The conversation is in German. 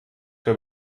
der